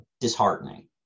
disheartening